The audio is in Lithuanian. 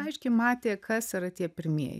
aiškiai matė kas yra tie pirmieji